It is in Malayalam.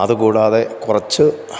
അത് കൂടാതെ കുറച്ച്